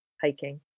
hiking